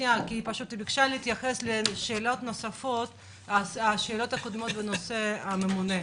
בקשה להתייחס לשאלות הקודמות בנושא הממונה.